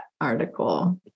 article